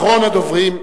אחרון הדוברים.